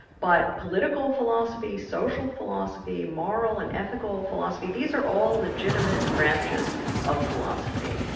but political philosophy, social philosophy, moral and ethical philosophy these are all legitimate branches of philosophy,